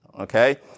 okay